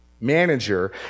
manager